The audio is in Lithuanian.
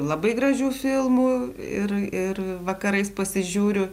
labai gražių filmų ir ir vakarais pasižiūriu